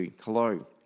Hello